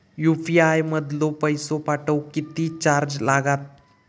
UPI मधलो पैसो पाठवुक किती चार्ज लागात?